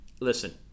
listen